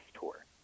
Tour